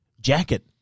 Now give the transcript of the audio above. jacket